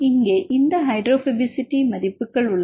இங்கே இந்த ஹைட்ரோபோபசிட்டி மதிப்புகள் உள்ளன